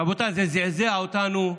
רבותיי, זה זעזע אותנו יום,